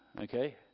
Okay